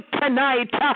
tonight